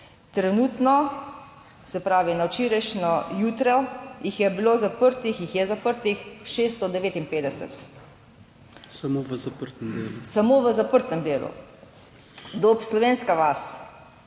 trenutno, se pravi, na včerajšnjo jutro jih je bilo zaprtih, jih je zaprtih 659 samo v zaprtem delu. Dob - Slovenska vas